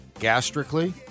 gastrically